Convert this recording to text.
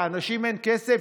לאנשים אין כסף.